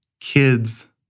kids